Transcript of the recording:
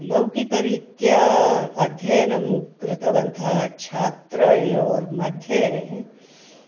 लौकिकरीत्या अध्ययनं कृतवन्तः छात्रयोर्मे